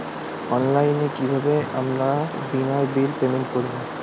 অনলাইনে কিভাবে আমার বীমার বিল পেমেন্ট করবো?